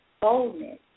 Boldness